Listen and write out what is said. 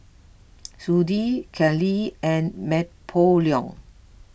Sudie Kenley and Napoleon